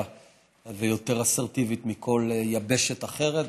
יותר ואסרטיבית יותר מכל יבשת אחרת,